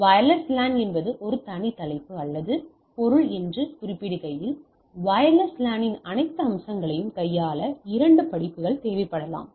wireless LAN என்பது ஒரு தனி தலைப்பு அல்லது பொருள் என்று குறிப்பிடுகையில் வயர்லெஸ் லானின் அனைத்து அம்சங்களையும் கையாள இரண்டு படிப்புகள் தேவைப்படலாம்